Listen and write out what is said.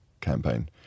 campaign